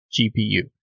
gpu